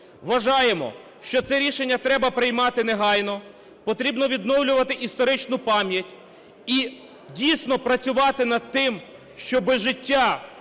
вважаємо, що це рішення треба приймати негайно, потрібно відновлювати історичну пам'ять, і дійсно працювати над тим, щоби життя